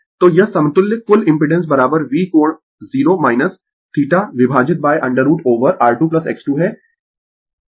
तो यह समतुल्य कुल इम्पिडेंस V कोण 0 θ विभाजित √ ओवर R2X2 है